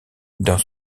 dans